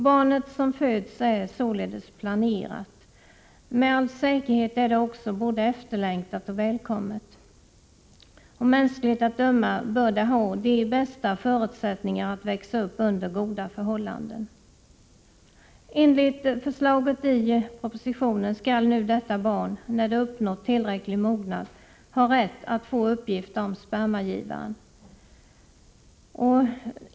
Barnet som föds är således planerat. Med all säkerhet är det också både efterlängtat och välkommet. Mänskligt att döma bör det ha de bästa förutsättningar att växa upp under goda förhållanden. Enligt förslaget i propositionen skall nu detta barn — när det uppnått tillräcklig mognad — ha rätt att få uppgift om spermagivaren.